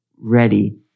ready